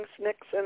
Nixon